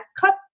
cut